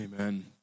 Amen